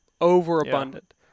overabundant